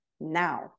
now